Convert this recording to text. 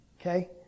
Okay